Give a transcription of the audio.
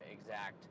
exact